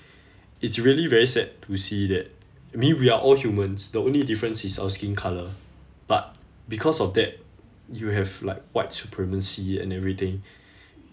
it's really very sad to see that I mean we are all humans the only difference is our skin colour but because of that you have like white supremacy and everything